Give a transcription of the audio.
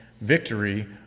victory